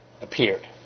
appeared